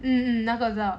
mmhmm mmhmm 那个那个